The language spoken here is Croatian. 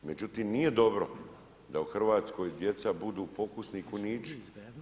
Međutim, nije dobro da u Hrvatskoj djeca budu pokusni kunići.